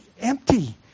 empty